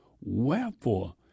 Wherefore